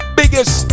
biggest